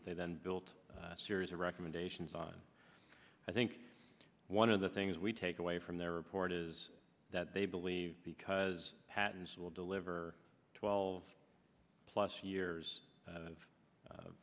that they then built a series of recommendations on i think one of the things we take away from their report is that they believe because patents will deliver twelve plus years of